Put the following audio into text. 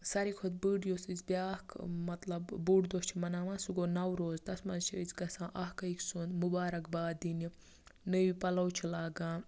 سارِوٕے کھۄتہٕ بٔڈ یُس آسہِ بیٛاکھ مَطلَب بوٚڈ دۄہ چھُ مَناوان سُہ گوٚ نَوروز تَتھ منٛز چھِ أسۍ گَژھان اَکھ أکۍ سُنٛد مُبارَک باد دِنہِ نٔے پَلو چھِ لاگان